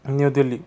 new Delhi